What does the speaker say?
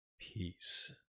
Peace